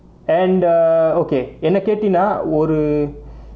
and uh okay என்னை கேட்டினா ஒரு:ennai kaettinaa oru